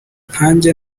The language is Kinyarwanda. nkanjye